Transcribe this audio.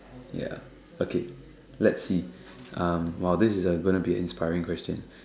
ya okay let's see um !wow! this is a gonna be an inspiring question